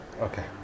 Okay